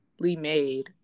made